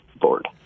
board